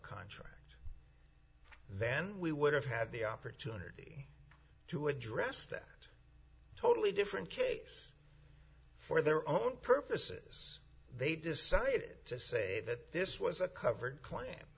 contract then we would have had the opportunity to address that totally different case for their own purposes they decided to say that this was a covered kla